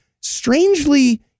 strangely